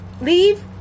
Leave